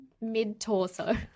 mid-torso